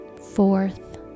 fourth